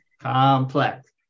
complex